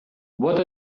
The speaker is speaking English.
what